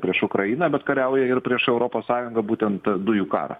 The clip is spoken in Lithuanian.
prieš ukrainą bet kariauja ir prieš europos sąjungą būtent dujų karą